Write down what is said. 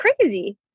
crazy